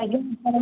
ଆଜ୍ଞା